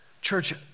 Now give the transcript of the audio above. Church